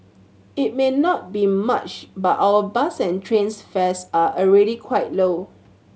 it may not be much but our bus and trains fares are already quite low